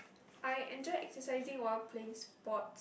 I enjoy exercising while playing sports